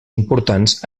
importants